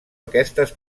aquestes